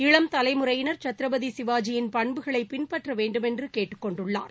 இளம் தலைமுறையினர் சத்ரபதி சிவாஜியின் பண்புகளை பின்பற்ற வேண்டுமென்று கேட்டுக் கொண்டுள்ளார்